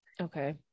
Okay